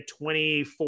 24